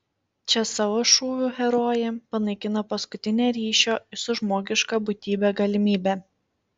čia savo šūviu herojė panaikina paskutinę ryšio su žmogiška būtybe galimybę